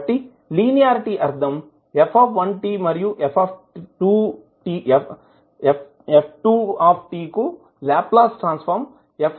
కాబట్టి లీనియారిటీ అర్ధం f1 మరియు f2 కు Laplace transform F1 and F2 అవుతాయి